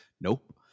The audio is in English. Nope